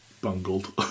bungled